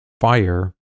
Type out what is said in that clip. fire